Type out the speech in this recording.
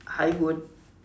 I would